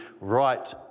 right